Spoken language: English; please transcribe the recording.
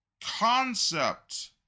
concept